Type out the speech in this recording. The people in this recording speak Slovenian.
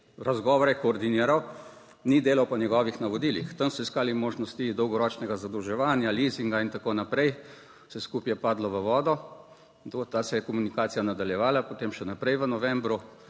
razgovore koordiniral, ni delal po njegovih navodilih. Tam so iskali možnosti dolgoročnega zadolževanja, lizinga in tako naprej. Vse skupaj je padlo v vodo. Da se je komunikacija nadaljevala potem še naprej v novembru.